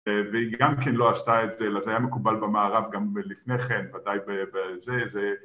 והיא גם כן לא עשתה את זה, אלא זה היה מקובל במערב גם לפני כן, ודאי בזה